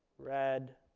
red